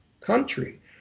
country